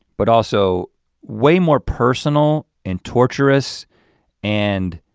but also way more personal and torturous and